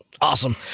Awesome